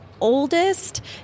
oldest